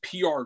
PR